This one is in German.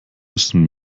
müssen